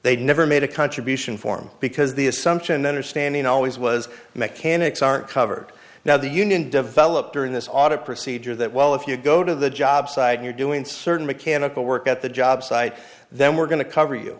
they never made a contribution form because the assumption understanding always was mechanics aren't covered now the union developed during this audit procedure that well if you go to the job site you're doing certain mechanical work at the job site then we're going to cover you